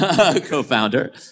Co-founder